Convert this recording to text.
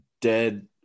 dead